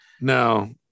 No